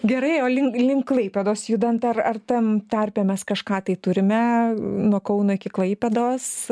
gerai o link link klaipėdos judant ar ar tam tarpe mes kažką tai turime nuo kauno iki klaipėdos